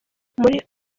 buri